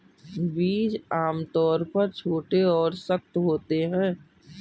बीज आमतौर पर छोटे और सख्त होते हैं